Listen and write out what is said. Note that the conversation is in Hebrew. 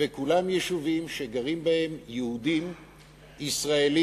וכולם יישובים שגרים בהם יהודים ישראלים,